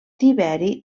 tiberi